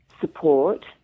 support